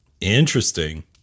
Interesting